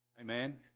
Amen